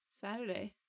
Saturday